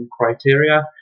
criteria